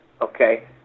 Okay